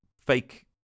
fake